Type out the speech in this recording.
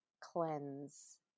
cleanse